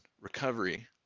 recovery